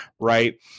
right